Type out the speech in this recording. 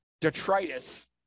detritus